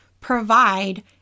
provide